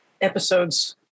episodes